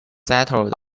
settled